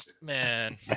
man